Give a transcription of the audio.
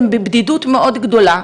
והם בבדידות מאוד גדולה,